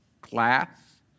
class